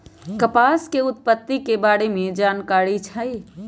कपास के उत्पत्ति के बारे में जानकारी न हइ